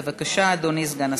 בבקשה, אדוני סגן השר.